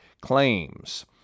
claims